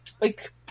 like-